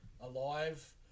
alive